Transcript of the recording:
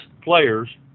players